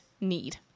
need